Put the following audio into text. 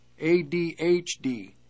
ADHD